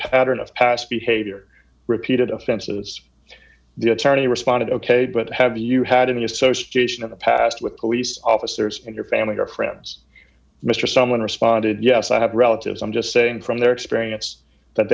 pattern of past behavior repeated offenses the attorney responded ok but have you had any association of the past with police officers in your family or friends mr someone responded yes i have a relative i'm just saying from their experience that